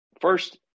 first